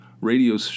radio